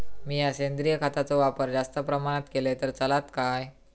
मीया सेंद्रिय खताचो वापर जास्त प्रमाणात केलय तर चलात काय?